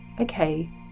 okay